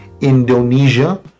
Indonesia